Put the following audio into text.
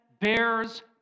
bears